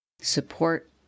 Support